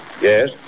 Yes